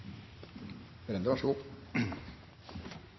som var så